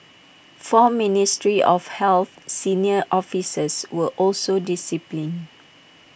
four ministry of health senior officers were also disciplined